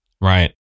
Right